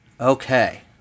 Okay